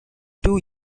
too